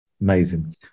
Amazing